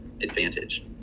advantage